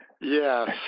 Yes